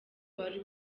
wari